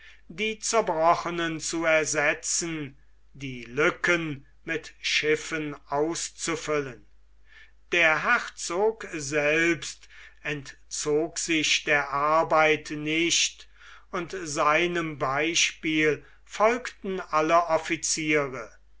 die zerbrochenen zu ersetzen die lücken mit schiffen auszufüllen der herzog selbst entzog sich der arbeit nicht und seinem beispiel folgten alle offiziere